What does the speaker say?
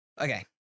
Okay